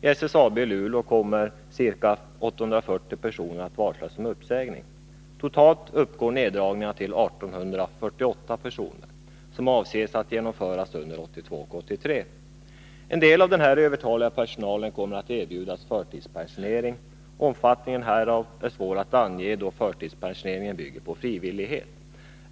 I SSAB i Luleå kommer ca 840 personer att varslas om uppsägning. Totalt omfattar neddragningarna, som avses att genomföras under 1982 och 1983, 1 848 personer. En del av den här övertaliga personalen kommer att erbjudas förtidspen sionering. Omfattningen härav är svår att ange, då förtidspensioneringen bygger på frivillighet.